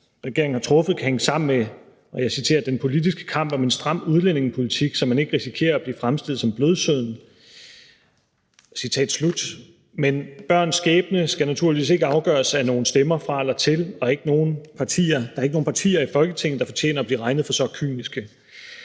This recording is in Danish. regeringen har truffet, kan hænge sammen med, og jeg citerer: »... at man i den politiske kamp om en stram udlændingepolitik risikerer at blive fremstillet som blødsøden.« Men børns skæbne skal naturligvis ikke afgøres af nogle stemmer fra eller til. Der er ikke nogen partier i Folketinget, der fortjener at blive regnet for så kyniske.